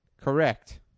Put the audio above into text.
Correct